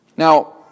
Now